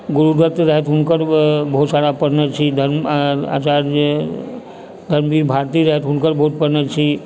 गुरुदत्त राय हुनकर बहुत सारा पढ़ने छी धर्म आचार्य जे भारती छथि हुनकर बहुत पढ़ने छी